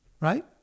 Right